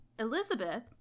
Elizabeth